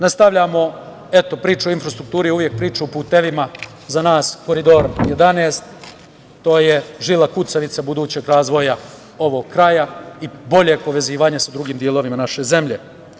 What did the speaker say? Nastavljamo, eto, priča o infrastrukturi je uvek priča o putevima, za nas je Koridor 11 žila kucavica budućeg razvoja ovog kraja i boljeg povezivanja sa drugim delovima naše zemlje.